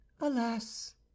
alas